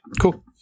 cool